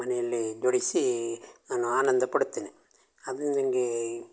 ಮನೆಯಲ್ಲಿ ಜೋಡಿಸಿ ನಾನು ಆನಂದ ಪಡುತ್ತೇನೆ ಅದಿಂದ ನನಗೆ